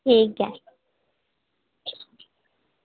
ठीक ऐ